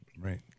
Right